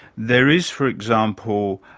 there is, for example,